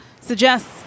suggests